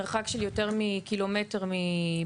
מרחק של יותר מקילומטר מבז"ן,